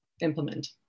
implement